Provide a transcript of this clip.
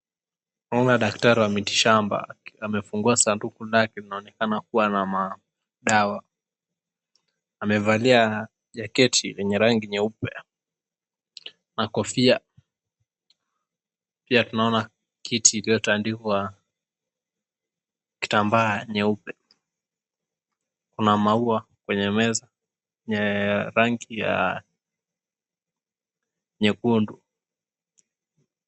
Naona daktari wa miti shamba amefungua sanduku lake linaloonekana kuwa na madawa. Amevalia jaketi yenye rangi nyeupe na kofia, pia tunaona kiti iliyo tandikwa kitamba nyeupe, kuna mau kwenye meza ya rangi ya nyekundu.